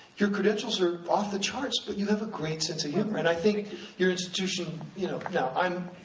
your credentials are off the charts, but you have a great sense of humor. and i think your institution you know now, i'm,